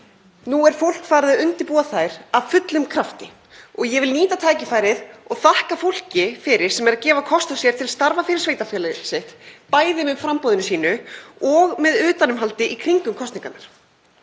Nú er fólk farið að undirbúa þær af fullum krafti og ég vil nýta tækifærið og þakka fólki fyrir sem er að gefa kost á sér til starfa fyrir sveitarfélagið sitt, bæði með framboðinu sínu og með utanumhaldi í kringum kosningarnar.